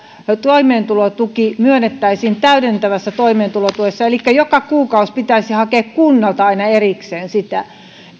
toimeentulotuki myönnettäisiin täydentävässä toimeentulotuessa niin joka kuukausi pitäisi hakea kunnalta aina erikseen sitä kun